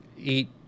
eat